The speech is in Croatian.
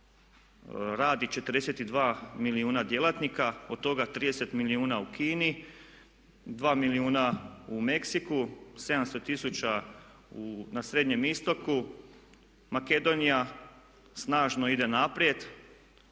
radi 42 milijuna djelatnika, od toga 30 milijuna u Kini, 2 milijuna u Meksiku, 700 tisuća na Srednjem Istoku, Makedonija snažno ide naprijed,